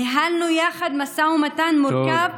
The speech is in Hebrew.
ניהלנו יחד משא ומתן מורכב,